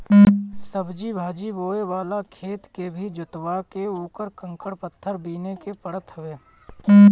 सब्जी भाजी बोए वाला खेत के भी जोतवा के उकर कंकड़ पत्थर बिने के पड़त हवे